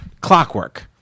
clockwork